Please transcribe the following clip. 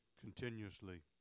continuously